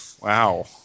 wow